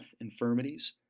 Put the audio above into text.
infirmities